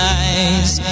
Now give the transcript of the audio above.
eyes